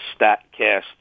Statcast